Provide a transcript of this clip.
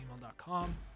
gmail.com